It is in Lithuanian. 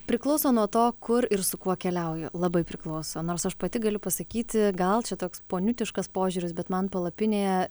priklauso nuo to kur ir su kuo keliauju labai priklauso nors aš pati galiu pasakyti gal čia toks poniutiškas požiūris bet man palapinėje